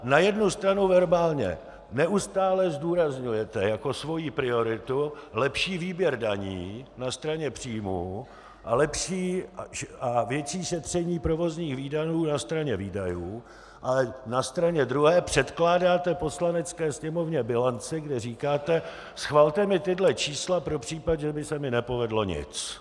Na jednu stranu verbálně neustále zdůrazňujete jako svoji prioritu lepší výběr daní na straně příjmů a větší šetření provozních výdajů na straně výdajů, ale na straně druhé předkládáte Poslanecké sněmovně bilanci, kde říkáte: schvalte mi tato čísla pro případ, že by se mi nepovedlo nic.